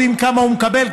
יודעים כמה הוא מקבל,